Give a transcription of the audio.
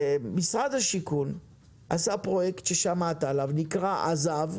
משרד השיכון עשה פרויקט ששמעת עליו, נקרא עז"ב.